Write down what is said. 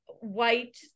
white